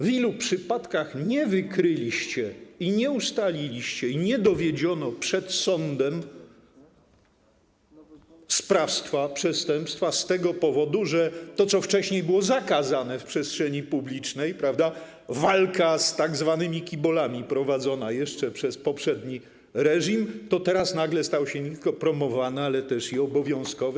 W ilu przypadkach nie wykryliście, nie ustaliliście i nie dowiedziono przed sądem sprawstwa przestępstwa z tego powodu, że to, co wcześniej było zakazane w przestrzeni publicznej - walka z tzw. kibolami prowadzona jeszcze przez poprzedni reżim - teraz nagle stało się nie tylko promowane, ale też obowiązkowe?